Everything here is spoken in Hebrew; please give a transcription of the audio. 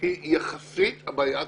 היא יחסית הבעיה הקטנה,